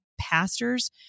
pastors